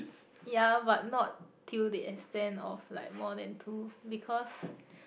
ya but not till the extent of like more than two because